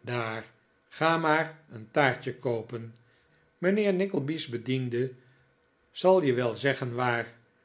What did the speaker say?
daar ga maar een taartje kobpen mijnheer nickleby's bediende zal je wel zeggen waar